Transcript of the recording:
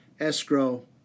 Escrow